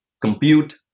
compute